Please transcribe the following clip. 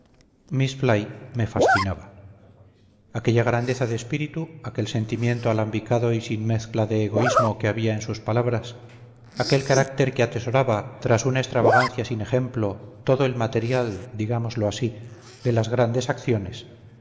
miss fly me fascinaba aquella grandeza de espíritu aquel sentimiento alambicado y sin mezcla de egoísmo que había en sus palabras aquel carácter que atesoraba tras una extravagancia sin ejemplo todo el material digámoslo así de las grandes acciones